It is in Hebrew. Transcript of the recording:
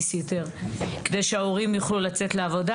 סיטר כדי שההורים יוכלו לצאת לעבודה,